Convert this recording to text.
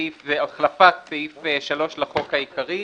החלפת סעיף 3 לחוק העיקרי.